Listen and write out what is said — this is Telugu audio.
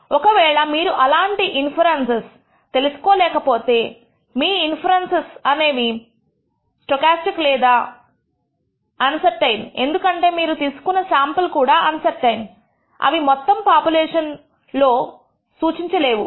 ఒక వేళ మీరు అలాంటి ఇన్ఫెరెన్స్స్ తెలుసుకో లేకపోతే మీ ఇన్ఫెరెన్స్ అనేది స్టోకాస్టిక్ లేదా అన్సర్టైన్ ఎందుకంటే మీరు తీసుకున్న శాంపుల్ కూడా అన్సర్టైన్ అవి మొత్తం పాపులేషన్ లో తను సూచించలేవు